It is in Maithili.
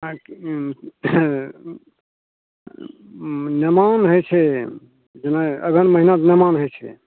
आओर किदन छै नवान्न होइ छै जे ने अगहन महिना नवान्न होइ छै